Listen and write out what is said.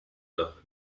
dach